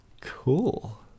Cool